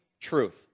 truth